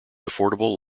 affordable